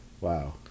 Wow